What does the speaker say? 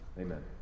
Amen